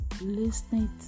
listening